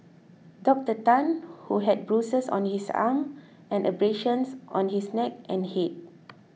Doctor Tan who had bruises on his arm and abrasions on his neck and head